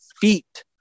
feet